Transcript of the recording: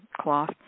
cloth